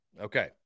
Okay